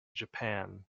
japan